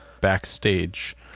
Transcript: backstage